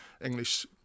English